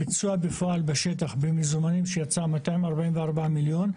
הביצוע בפועל, בשטח, במזומנים שיצא 244 מיליון,